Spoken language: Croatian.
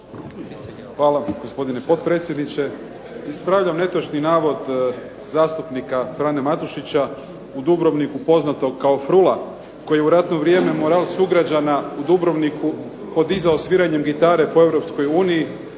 Hvala, gospodine potpredsjedniče. Ispravljam netočni navod zastupnika Frane Matušića u Dubrovniku poznatog kao Frula koji je u ratno vrijeme moral sugrađana u Dubrovniku podizao sviranjem gitare po